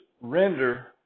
render